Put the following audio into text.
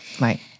Right